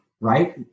right